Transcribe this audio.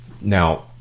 Now